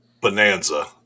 bonanza